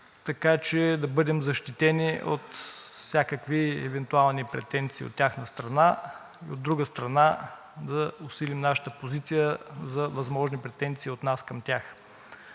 така че да бъдем защитени от всякакви евентуални претенции от тяхна страна. От друга страна, да усилим нашата позиция за възможни претенции от нас към тях.